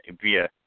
via